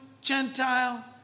Gentile